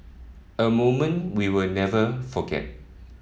a moment we'll never forget